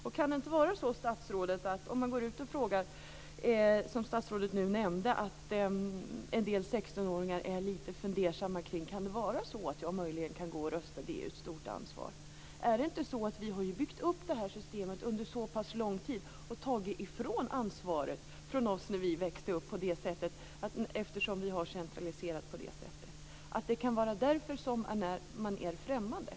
Det kan vara så, statsrådet, att går man ut och frågar på det sätt som statsrådet nämnde att hon gjort så är en del 16-åringar lite fundersamma: Kan det möjligen vara så att jag kan gå ut och rösta? Det är ju ett stort ansvar. Är det inte så att vi har byggt upp det här systemet under lång tid, och att man har tagit bort ansvaret från oss när vi växte upp eftersom man har centraliserat på det här sättet? Det kan vara därför man är främmande.